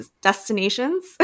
destinations